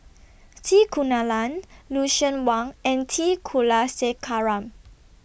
C Kunalan Lucien Wang and T Kulasekaram